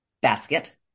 basket